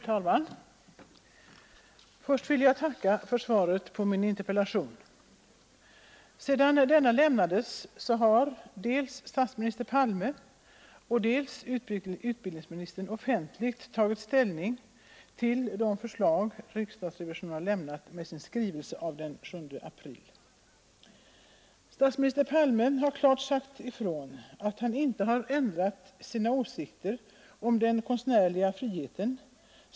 Herr talman! Först vill jag tacka utbildningsministern för svaret på min interpellation. Sedan interpellationen framställdes har dels statsminister Olof Palme, dels utbildningsminister Ingvar Carlsson tagit ställning till riksdagens revisorers förslag i deras skrivelse av den 7 april i år. Statsminister Palme har klart sagt ifrån att han inte har ändrat åsikt om den konstnärliga friheten.